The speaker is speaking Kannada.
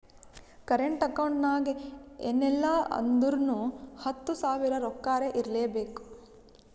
ಕರೆಂಟ್ ಅಕೌಂಟ್ ನಾಗ್ ಎನ್ ಇಲ್ಲ ಅಂದುರ್ನು ಹತ್ತು ಸಾವಿರ ರೊಕ್ಕಾರೆ ಇರ್ಲೆಬೇಕು